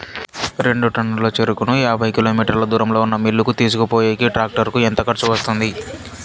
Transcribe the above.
రెండు టన్నుల చెరుకును యాభై కిలోమీటర్ల దూరంలో ఉన్న మిల్లు కు తీసుకొనిపోయేకి టాక్టర్ కు ఎంత ఖర్చు వస్తుంది?